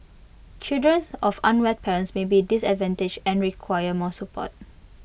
children of unwed parents may be disadvantaged and require more support